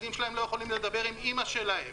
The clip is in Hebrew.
והילדים שלהם לא יכולים לדבר עם אימא שלהם.